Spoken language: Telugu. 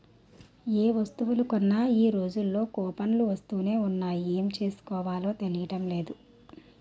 ఏ వస్తువులు కొన్నా ఈ రోజుల్లో కూపన్లు వస్తునే ఉన్నాయి ఏం చేసుకోవాలో తెలియడం లేదు